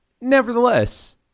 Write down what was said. nevertheless